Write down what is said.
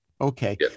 Okay